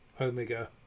Omega